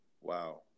Wow